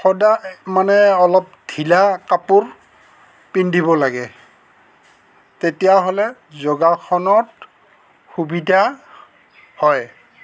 সদায় মানে অলপ ঢিলা কাপোৰ পিন্ধিব লাগে তেতিয়াহ'লে যোগাসনত সুবিধা হয়